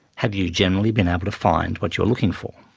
have you generally been able to find what you are looking for?